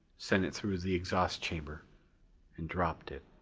sent it through the exhaust chamber and dropped it.